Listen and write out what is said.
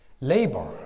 Labor